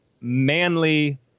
manly